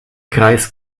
kreis